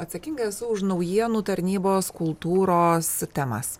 atsakinga esu už naujienų tarnybos kultūros temas